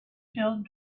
filled